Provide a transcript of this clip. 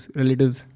relatives